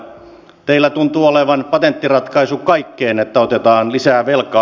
teillä tuntuu olevan patenttiratkaisu kaikkeen että otetaan lisää velkaa